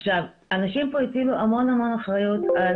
עכשיו, אנשים פה הטילו המון אחריות על